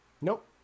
nope